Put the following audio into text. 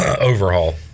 overhaul